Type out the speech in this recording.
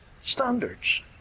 standards